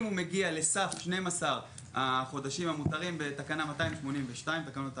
אם הוא מגיע לסף של 12 החודשים המותרים בתקנה 282 לתקנות התעבורה,